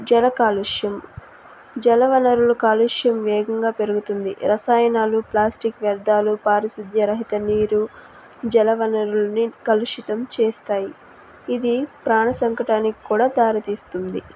జల కాలుష్యం జలవనరులు కాలుష్యం వేగంగా పెరుగుతుంది రసాయనాలు ప్లాస్టిక్ వ్యర్ధాలు పారిశుధ్య రహిత నీరు జల వనరులని కలుషితం చేస్తాయి ఇది ప్రాణ సంకటానికి కూడా దారితీస్తుంది